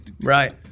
right